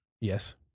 Yes